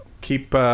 Keep